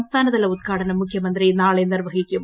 സംസ്ഥാനതല ഉദ്ഘാടനം മുഖ്യമന്ത്രി നാളെ നിർവ്വഹിക്കും